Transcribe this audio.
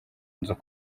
nzu